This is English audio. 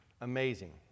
amazing